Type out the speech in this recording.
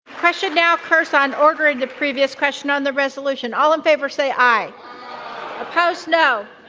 pressure now curse on ordering the previous question on the resolution. all in favor say i oppose. no.